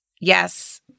Yes